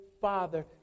father